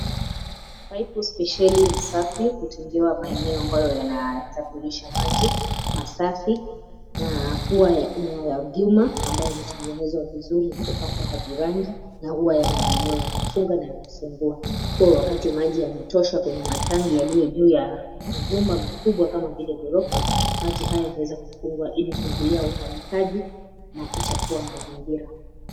Paipu spesheli na safi hutengewa maeneo ambayo yanasafirisha maji masafi na huwa ni ya vyuma, ambayo imetengenezwa vizuri na kupakwa hadi rangi na huwa yana maeneo ya kufunga na ya kufungua, kubwa wakati maji yametosha kwenye matanki yaliyo juu ya majumba makubwa kama vile ghorofa. Maji haya huweza kufungwa ilikuzuia umwagikaji na kuchafua mazingira.